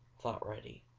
thought reddy.